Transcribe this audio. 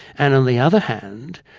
and on the other hand,